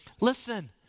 listen